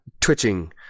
twitching